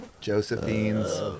Josephine's